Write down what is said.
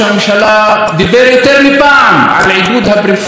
על עידוד הפריפריה ועל השקעה בפריפריה.